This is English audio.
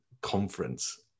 conference